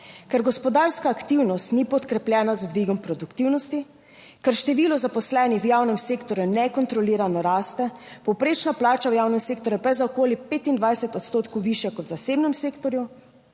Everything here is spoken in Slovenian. Ker gospodarska aktivnost ni podkrepljena z dvigom produktivnosti, ker število zaposlenih v javnem sektorju nekontrolirano raste, povprečna plača v javnem sektorju pa je za okoli 25 odstotkov višja kot v zasebnem sektorju,